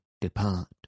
depart